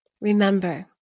Remember